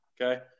Okay